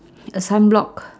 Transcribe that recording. a sunblock